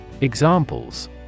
Examples